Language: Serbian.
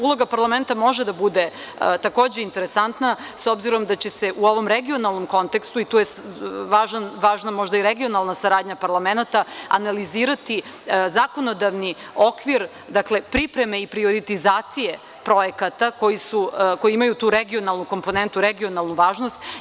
Uloga parlamenta može da bude takođe interesantna, s obzirom da će se u ovom regionalnom kontekstu i tu je važna možda i regionalna saradnja parlamenata, analizirati zakonodavni okvir, dakle pripreme i prioritizacije projekata koji imaju tu regionalnu komponentu, regionalnu važnost.